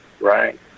right